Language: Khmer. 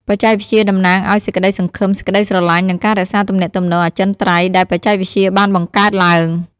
បច្ចេកវិទ្យាតំណាងឲ្យសេចក្ដីសង្ឃឹម សេចក្ដីស្រឡាញ់ និងការរក្សាទំនាក់ទំនងអចិន្រ្តៃយ៍ដែលបច្ចេកវិទ្យាបានបង្កើតឡើង។